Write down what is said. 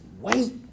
wait